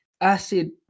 acid